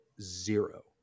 zero